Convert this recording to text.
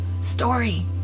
story